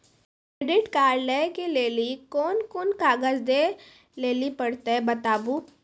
Credit card लै के लेली कोने कोने कागज दे लेली पड़त बताबू?